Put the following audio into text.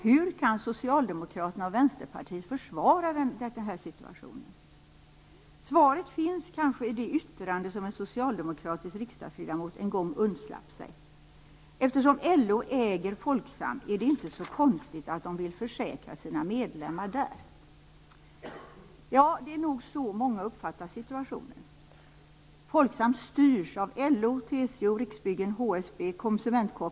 Hur kan Socialdemokraterna och Vänsterpartiet försvara den här situationen? Svaret finns kanske i det yttrande som en socialdemokratisk riksdagsledamot en gång undslapp sig: "Eftersom LO äger Folksam, är det inte så konstigt att de vill försäkra sina medlemmar där." Ja, det är nog så många uppfattar situationen. Konsumentkooperationen och OK.